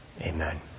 Amen